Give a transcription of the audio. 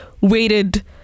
waited